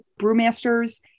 brewmasters